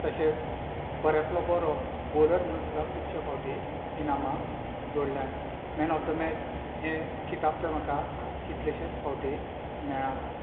तशेंच बऱ्यांतलो बरो बोलर म्हणून सुद्दां खुबशें फावटी इनामां जोडल्यात मॅन ऑफ द मॅच हें किताब म्हाका कितलेशेंच फावटी मेळ्ळां